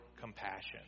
compassion